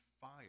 fire